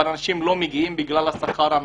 אבל אנשים לא מגיעים בגלל השכר הנמוך.